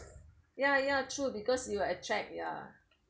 ya ya true because you are attract ya